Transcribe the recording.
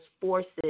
forces